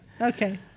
Okay